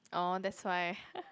orh that's why